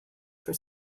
for